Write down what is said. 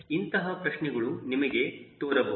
ಇಂತಹ ಪ್ರಶ್ನೆಗಳು ನಿಮಗೆ ತೋರಬಹುದು